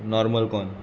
normal corn